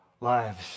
lives